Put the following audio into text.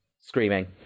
screaming